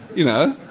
you know,